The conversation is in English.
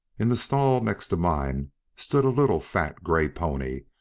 in the stall next to mine stood a little fat gray pony,